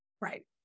right